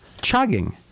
chugging